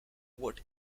what